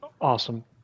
Awesome